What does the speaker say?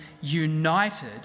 united